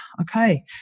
Okay